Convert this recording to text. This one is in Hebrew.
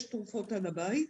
יש תרופות עד הבית,